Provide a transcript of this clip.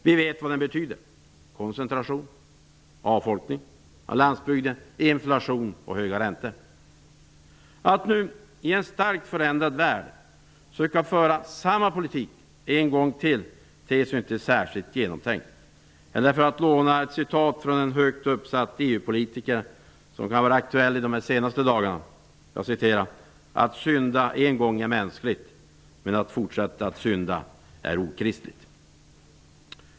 Vi vet vad den betyder, nämligen koncentration, avfolkning av landsbygden, inflation och höga räntor. Att nu, i en starkt förändrad värld, åter söka föra samma politik ter sig inte särskilt genomtänkt. För att låna ett citat från en högt uppsatt EU-politiker som kan vara aktuell under dessa dagar: ''Att synda en gång är mänskligt, men att fortsätta synda är okristligt.''